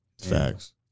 facts